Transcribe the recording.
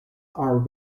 are